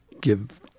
give